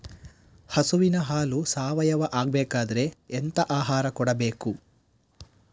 ಹಸುವಿನ ಹಾಲು ಸಾವಯಾವ ಆಗ್ಬೇಕಾದ್ರೆ ಎಂತ ಆಹಾರ ಕೊಡಬೇಕು?